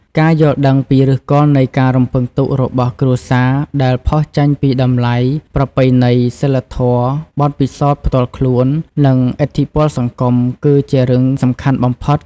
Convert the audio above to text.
ការយល់ដឹងពីឫសគល់នៃការរំពឹងទុករបស់គ្រួសារ ដែលផុសចេញពី តម្លៃប្រពៃណី សីលធម៌ បទពិសោធន៍ផ្ទាល់ខ្លួន និងឥទ្ធិពលសង្គម គឺជារឿងសំខាន់បំផុត។